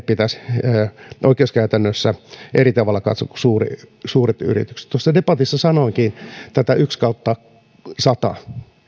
pitäisi oikeuskäytännössä eri tavalla katsoa kuin suuret suuret yritykset tuossa debatissa sanoinkin tätä yksi kautta sata